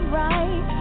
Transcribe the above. right